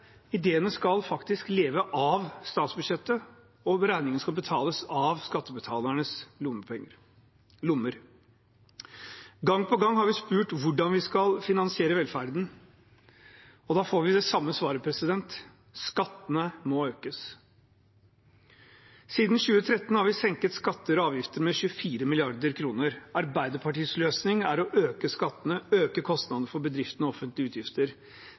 skal betales fra skattebetalernes lommer. Gang på gang har vi spurt hvordan vi skal finansiere velferden, og da får vi det samme svaret: Skattene må økes. Siden 2013 har vi senket skatter og avgifter med 24 mrd. kr. Arbeiderpartiets løsning er å øke skattene, øke kostnadene for bedriftene og offentlige utgifter.